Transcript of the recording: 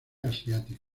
asiático